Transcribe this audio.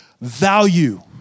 value